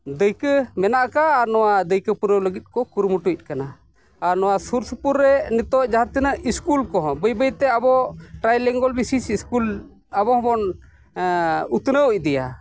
ᱫᱟᱹᱭᱠᱟᱹ ᱢᱮᱱᱟᱜ ᱠᱟᱜᱼᱟ ᱟᱨ ᱱᱚᱣᱟ ᱫᱟᱹᱭᱠᱟᱹ ᱯᱩᱨᱟᱹᱣ ᱞᱟᱹᱜᱤᱫ ᱠᱚ ᱠᱩᱨᱩᱢᱩᱴᱩᱭᱮᱫ ᱠᱟᱱᱟ ᱟᱨ ᱱᱚᱣᱟ ᱥᱩᱨ ᱥᱩᱯᱩᱨ ᱨᱮ ᱱᱤᱛᱚᱜ ᱡᱟᱦᱟᱸ ᱛᱤᱱᱟᱹᱜ ᱤᱥᱠᱩᱞ ᱠᱚ ᱦᱚᱸ ᱵᱟᱭ ᱵᱟᱹᱭᱛᱮ ᱟᱵᱚ ᱴᱨᱟᱭᱞᱤᱝᱜᱩᱣᱟᱞ ᱵᱮᱥᱤᱥ ᱤᱥᱠᱩᱞ ᱟᱵᱚ ᱦᱚᱵᱚᱱ ᱩᱛᱱᱟᱹᱣ ᱤᱫᱤᱭᱟ